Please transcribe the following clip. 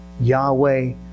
Yahweh